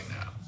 now